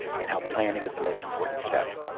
and how planning is the most important step.